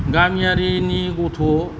गामियारिनि गथ'